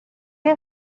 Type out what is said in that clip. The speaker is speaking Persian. این